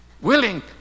willing